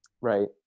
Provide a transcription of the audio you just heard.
Right